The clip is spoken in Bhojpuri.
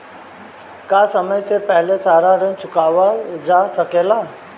का समय से पहले सारा ऋण चुकावल जा सकेला?